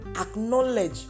acknowledge